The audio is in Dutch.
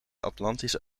atlantische